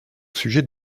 sujet